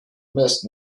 mist